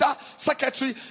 Secretary